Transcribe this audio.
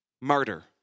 martyr